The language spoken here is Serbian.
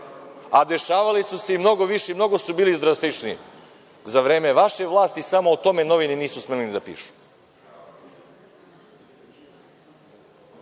a dešavali su se i mnogo viši i mnogo su bili drastičniji za vreme vaše vlasti, samo o tome novine nisu smele ni da pišu. Šta